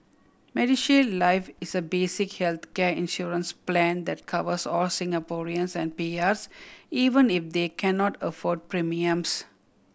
MediShield Life is a basic healthcare insurance plan that covers all Singaporeans and P Rs even if they cannot afford premiums